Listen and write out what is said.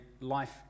life